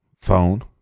phone